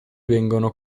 vengono